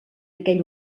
aquell